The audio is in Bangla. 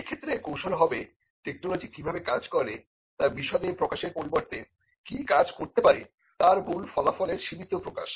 এক্ষেত্রে কৌশল হবে টেকনোলজি কিভাবে কাজ করে তা বিশদে প্রকাশের পরিবর্তে কি কাজ করতে পারে তার মূল ফলাফলের সীমিত প্রকাশ